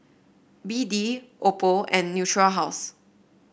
B D Oppo and Natura House